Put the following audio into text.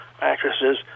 actresses